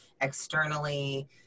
externally